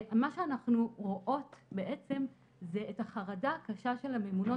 מה שאנחנו רואות זה את החרדה הקשה של הממונות,